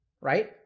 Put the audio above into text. right